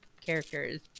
characters